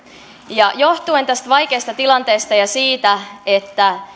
johtuen tästä vaikeasta tilanteesta ja siitä että